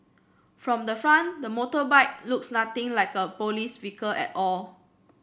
from the front the motorbike looks nothing like a police vehicle at all